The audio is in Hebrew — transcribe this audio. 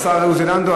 השר עוזי לנדאו,